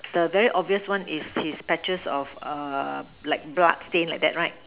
the very obvious one is his patches of err black blood stain like that right